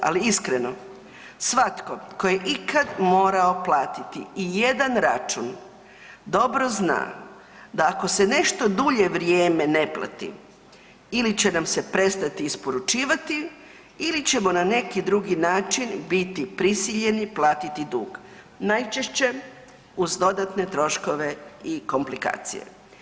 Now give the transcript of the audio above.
Ali iskreno, svatko tko je ikada morao platiti ijedan račun dobro zna da ako se nešto dulje vrijeme ne plati ili će nam se prestati isporučivati ili ćemo na neki drugi način biti prisiljeni platiti dug, najčešće uz dodatne troškove i komplikacije.